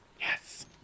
Yes